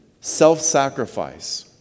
Self-sacrifice